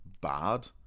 bad